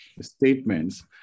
statements